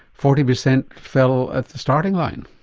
forty percent fell at the starting line.